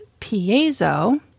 Piezo